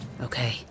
Okay